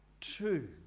two